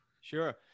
Sure